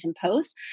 Post